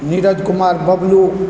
Neeraj Kumar Bablu